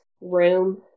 room